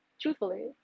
truthfully